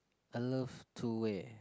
a love two way